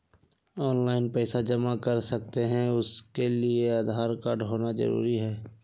Online पैसा जमा कर सकते हैं उसके लिए आधार कार्ड होना जरूरी है?